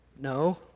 No